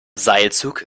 seilzug